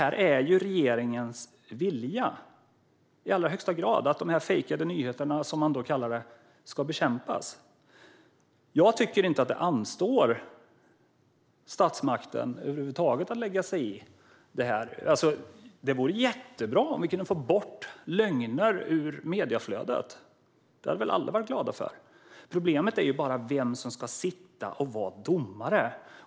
Det är alltså i allra högsta grad regeringens vilja att de fejkade nyheterna, som man kallar det, ska bekämpas. Jag tycker över huvud taget inte att det anstår statsmakten att lägga sig i detta. Det vore förstås jättebra om vi kunde få bort lögner ur medieflödet. Det hade väl alla varit glada över. Problemet är bara vem som ska sitta och vara domare.